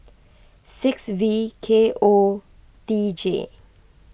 six V K O T J